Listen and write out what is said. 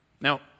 Now